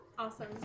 Awesome